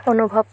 অনুভৱ